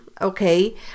okay